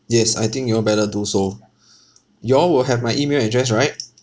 yes I think you all better do so you all will have my email address right